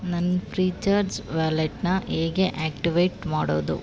ನನ್ನ Freecharge ವ್ಯಾಲೆಟ್ನ ಹೇಗೆ ಆಕ್ಟಿವೇಟ್ ಮಾಡೋದು